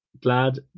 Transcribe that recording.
Glad